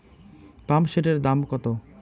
পাম্পসেটের দাম কত?